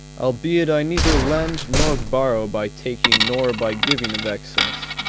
albeit i neither lend nor borrow by taking nor by giving of excess,